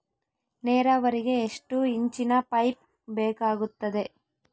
ನೇರಾವರಿಗೆ ಎಷ್ಟು ಇಂಚಿನ ಪೈಪ್ ಬೇಕಾಗುತ್ತದೆ?